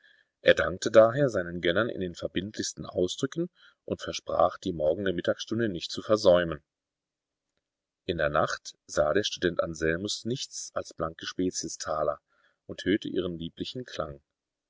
er dankte daher seinen gönnern in den verbindlichsten ausdrücken und versprach die morgende mittagsstunde nicht zu versäumen in der nacht sah der student anselmus nichts als blanke speziestaler und hörte ihren lieblichen klang